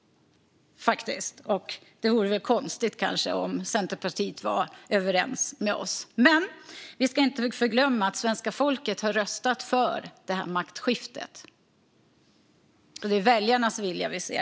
Det vore väl konstigt om Centerpartiet var överens med oss. Men vi ska inte förglömma att svenska folket har röstat för det här maktskiftet - det är väljarnas vilja vi ser.